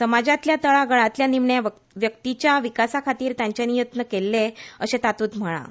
समाजातल्या तळागळांतल्या निमण्या व्यक्तीच्या विकासा खातीर तांच्यानी यत्न केल्ल अशे तातूत म्हळां